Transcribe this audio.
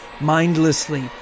mindlessly